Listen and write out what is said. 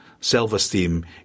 self-esteem